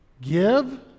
Give